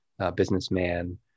businessman